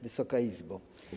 Wysoka Izbo!